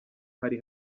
hari